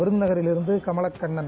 விருதநகரில் இருந்து கமலக்கண்ணன்